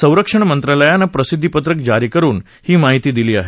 संरक्षण मंत्रालयानं प्रसिद्धीपत्रक जारी करून ही माहिती दिली आहे